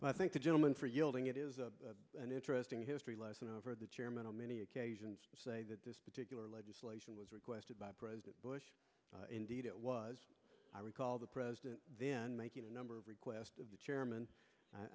five i think the gentleman for yielding it is an interesting history lesson over the chairman on many occasions say that this particular legislation was requested by president bush indeed it was i recall the president making a number of request of the chairman i